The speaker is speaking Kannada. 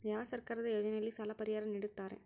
ಯಾವ ಸರ್ಕಾರದ ಯೋಜನೆಯಲ್ಲಿ ಸಾಲ ಪರಿಹಾರ ನೇಡುತ್ತಾರೆ?